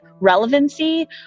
relevancy